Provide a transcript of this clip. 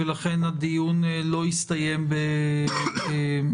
ולכן הדיון לא יסתיים בהצבעה.